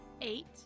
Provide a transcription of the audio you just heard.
eight